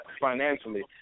financially